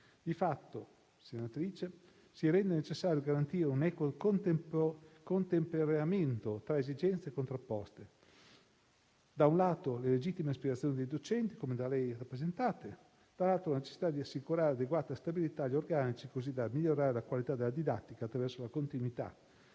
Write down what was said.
Difatti, senatrice Drago, si rende necessario garantire un equo contemperamento tra esigenze contrapposte: da un lato, le legittime aspirazioni dei docenti, come da lei rappresentante; dall'altro, la necessità di assicurare adeguata stabilità agli organici così da migliorare la qualità della didattica attraverso la continuità.